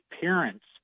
parents